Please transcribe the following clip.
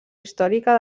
històrica